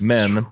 Men